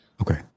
Okay